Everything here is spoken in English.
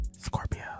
Scorpio